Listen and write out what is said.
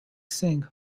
singh